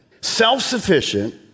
self-sufficient